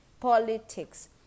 Politics